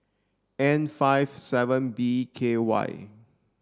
N five seven B K Y